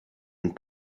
and